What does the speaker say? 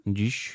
dziś